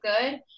good